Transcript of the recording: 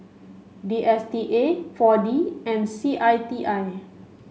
D S T A four D and C I T I